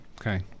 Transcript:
Okay